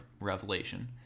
Revelation